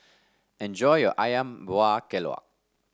enjoy your ayam Buah Keluak